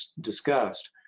discussed